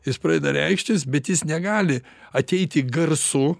jis pradeda reikštis bet jis negali ateiti garsu